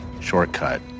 shortcut